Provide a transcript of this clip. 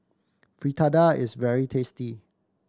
fritada is very tasty